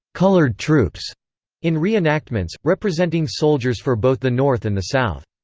colored troops in reenactments, representing soldiers for both the north and the south.